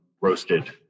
roasted